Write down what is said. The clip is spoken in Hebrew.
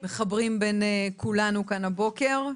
שמחברים בין כולנו כאן הבוקר.